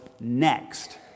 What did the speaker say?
Next